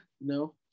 no